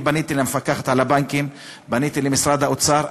אני פניתי למפקחת על הבנקים, פניתי למשרד האוצר.